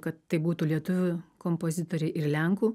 kad tai būtų lietuvių kompozitoriai ir lenkų